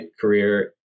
career